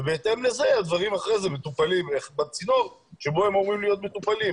ובהתאם לזה הדברים אחרי כן מטופלים בצינור שבו הם אמורים להיות מטופלים,